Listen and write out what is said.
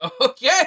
Okay